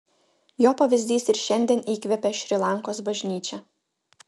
jo pavyzdys ir šiandien įkvepia šri lankos bažnyčią